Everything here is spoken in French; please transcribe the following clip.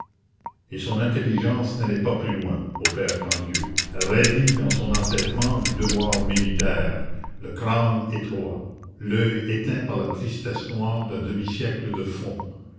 et son intelligence n'allait pas plus loin au père quandieu raidi dans son entêtement du devoir militaire le crâne étroit l'oeil éteint par la tristesse noire d'un demi-siècle de fond